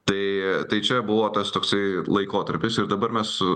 tai tai čia buvo tas toksai laikotarpis ir dabar mes